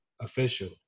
official